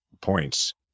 points